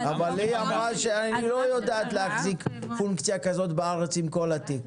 אבל היא אמרה שהיא לא יודעת להחזיק פונקציה כזאת בארץ עם כל התיק.